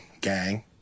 gang